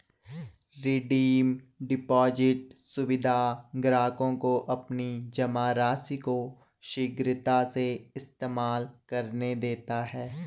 redeem deposit सुविधा ग्राहकों को अपनी जमा राशि को शीघ्रता से इस्तेमाल करने देते है